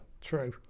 True